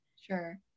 Sure